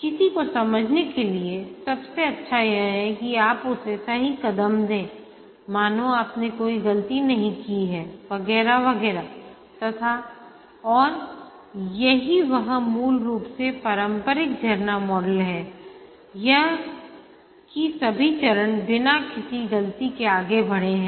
किसी को समझने के लिए सबसे अच्छा यह है कि आप उसे सही कदम देंमानो आपने कोई गलती नहीं की है वगैरह वगैरह तथा और यही वह मूल रूप से पारंपरिक झरना मॉडल है यह की सभी चरण बिना किसी गलती के आगे बढ़े हैं